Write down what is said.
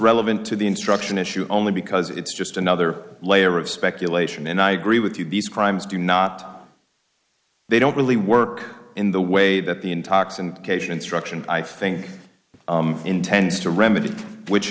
relevant to the instruction issue only because it's just another layer of speculation and i agree with you these crimes do not they don't really work in the way that the intoxicant cation instruction i think intends to remedy which